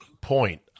point